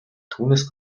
түүнээс